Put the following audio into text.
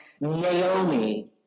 Naomi